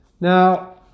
Now